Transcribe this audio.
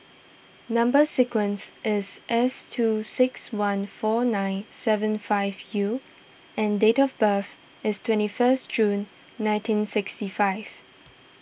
Number Sequence is S two six one four nine seven five U and date of birth is twenty first June nineteen sixty five